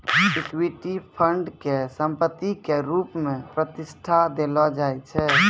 equity fund के संपत्ति के रुप मे प्रतिष्ठा देलो जाय छै